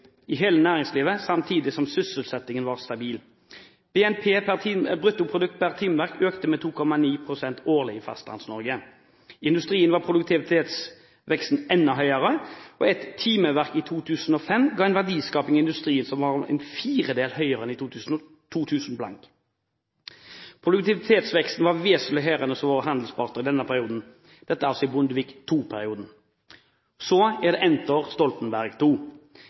i hele næringslivet samtidig som sysselsettingen var om lag stabil. Bruttoprodukt per timeverk økte med 2,9 pst. årlig i Fastlands-Norge. I industrien var produktivitetsveksten enda høyere. Et timeverk i 2005 ga en verdiskaping i industrien som var om lag en firedel høyere enn i 2000. Produktivitetsveksten var vesentlig høyere enn hos våre handelspartnere i denne perioden.» Dette var altså i Bondevik II-perioden. Så er det Stoltenberg II.